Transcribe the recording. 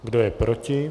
Kdo je proti?